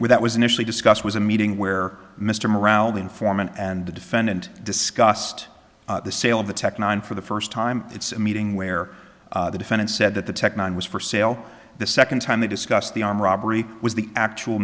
that was initially discussed was a meeting where mr morel the informant and the defendant discussed the sale of the tech nine for the first time it's a meeting where the defendant said that the tech nine was for sale the second time they discussed the arm robbery was the actual